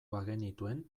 bagenituen